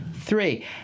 three